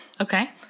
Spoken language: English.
Okay